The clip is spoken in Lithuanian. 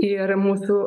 ir mūsų